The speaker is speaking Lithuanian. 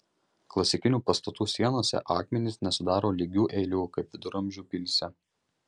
klasikinių pastatų sienose akmenys nesudaro lygių eilių kaip viduramžių pilyse